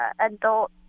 adult